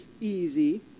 easy